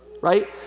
right